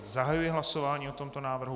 Zahajuji hlasování o tomto návrhu.